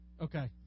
Okay